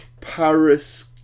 Paris